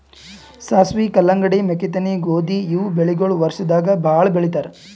ಸಾಸ್ವಿ, ಕಲ್ಲಂಗಡಿ, ಮೆಕ್ಕಿತೆನಿ, ಗೋಧಿ ಇವ್ ಬೆಳಿಗೊಳ್ ವರ್ಷದಾಗ್ ಭಾಳ್ ಬೆಳಿತಾರ್